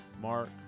mark